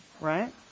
Right